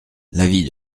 l’avis